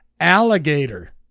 alligator